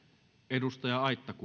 arvoisa